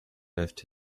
left